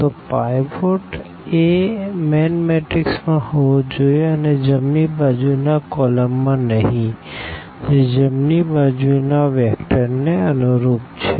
તો પાઈવોટ એ main matrix માં હોવો જોઈએ અને જમણી બાજુ ના કોલમ માં નહિ જે જમણી બાજુ ના વેક્ટર ને અનુરૂપ છે